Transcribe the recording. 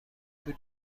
پول